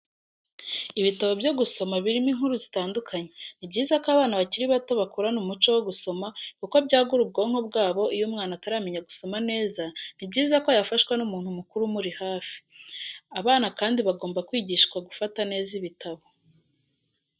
Ibitabo byo gusoma birimo inkuru zitandukanye, ni byiza ko abana bakiri bato bakurana umuco wo gusoma kuko byagura ubwonko bwabo iyo umwana ataramenya gusoma neza ni byiza ko yafashwa n'umuntu mukuru umuri hafi. abana kandi bagomba kwigishwa gufata neza ibitabo.